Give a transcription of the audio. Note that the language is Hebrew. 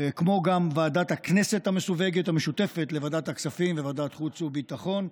כמו גם ועדת הכנסת המסווגת המשותפת לוועדת כספים ולוועדת החוץ והביטחון,